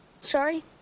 sorry